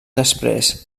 després